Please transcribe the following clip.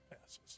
passes